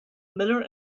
miller